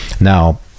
Now